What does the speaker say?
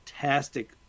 fantastic